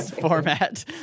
format